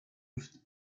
moved